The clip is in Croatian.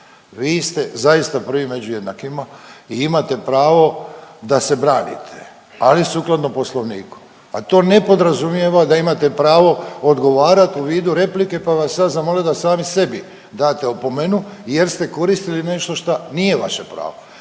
Vi ste zaista prvi među jednakima i imate pravo da se branite, ali sukladno Poslovniku, a to ne podrazumijeva da imate pravo odgovarati u vidu replike, pa bih vas sad zamolio da sami sebi date opomenu jer ste koristili nešto šta nije vaše pravo.